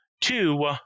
two